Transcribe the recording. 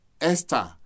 Esther